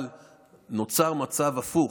אבל נוצר מצב הפוך.